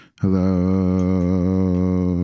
Hello